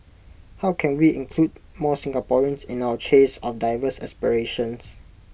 how can we include more Singaporeans in our chase of diverse aspirations